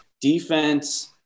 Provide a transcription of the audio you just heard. Defense